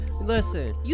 Listen